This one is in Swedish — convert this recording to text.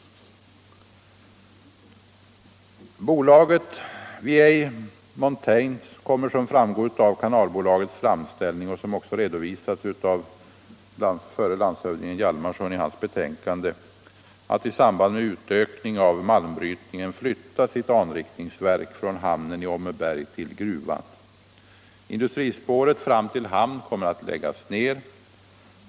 Bolaget Vieille Montagne kommer som framgår av Kanalbolagets framställning, vilken också redovisas av förre landshövdingen Hjalmarson i hans betänkande, att i samband med utökningen av malmbrytning flytta sitt anrikningsverk från hamnen i Åmmeberg till gruvan. Industrispåret fram till hamnen kommer att läggas ned.